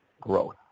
growth